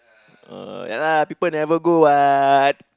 uh ya lah people never go what